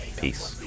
Peace